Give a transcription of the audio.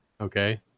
okay